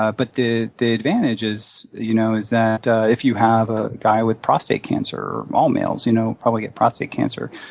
ah but the the advantage is you know is that if you have a guy with prostate cancer, or all males you know probably get prostate cancer